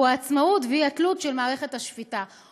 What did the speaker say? והוא העצמאות ואי-התלות של מערכת השפיטה".